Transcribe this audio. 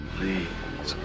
Please